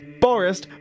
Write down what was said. Boris